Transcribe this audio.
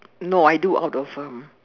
no I do out of um